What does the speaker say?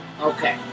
Okay